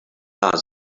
plaza